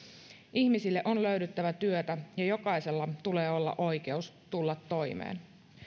ihmisille on löydyttävä työtä ja jokaisella oikeus tulla toimeen